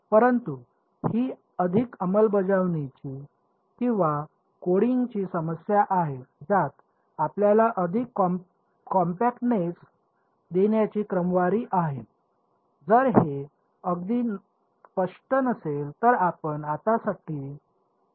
परंतु ही अधिक अंमलबजावणीची किंवा कोडींगची समस्या आहे ज्यात आपल्याला अधिक कॉम्पॅक्टनेस देण्याची क्रमवारी आहे जर हे अगदी स्पष्ट नसेल तर आपण आत्तासाठी ते सोडू शकता